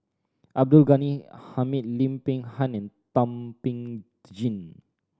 Abdul Ghani Hamid Lim Peng Han and Thum Ping Tjin